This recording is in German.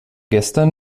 gestern